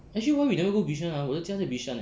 actually why we never go bishan ah 我的家在 bishan eh